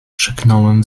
krzyknąłem